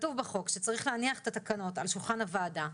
כתוב בחוק שצריך להניח את התקנות על שולחן הוועדה,